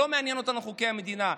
לא מעניינים אותנו חוקי המדינה.